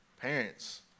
parents